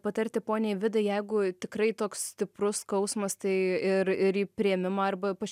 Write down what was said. patarti poniai vidai jeigu tikrai toks stiprus skausmas tai ir ir į priėmimą arba pas